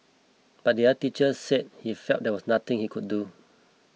but the other teacher said he felt there was nothing he could do